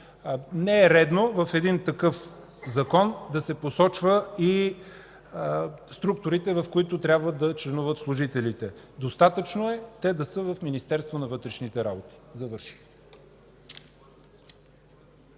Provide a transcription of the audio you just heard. Не е редно в един такъв закон да се посочват и структурите, в които трябва да членуват служителите. Достатъчно е те да са в Министерството на вътрешните работи. Завърших.